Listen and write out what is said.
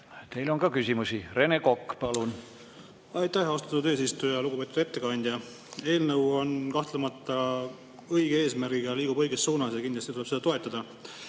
Teile on ka küsimusi. Rene Kokk, palun! Aitäh, austatud eesistuja! Lugupeetud ettekandja! Eelnõu on kahtlemata õige eesmärgiga ja liigub õiges suunas ning kindlasti tuleb seda toetada.